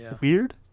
weird